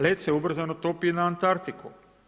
Led se ubrzano topi i na Antartiku.